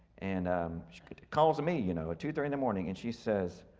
and um she calls me you know two thirty in the morning and she says,